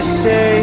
say